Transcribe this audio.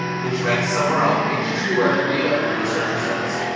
which ranks somewhere on page two or three of google's search results.